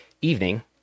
evening